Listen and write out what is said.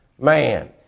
man